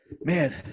man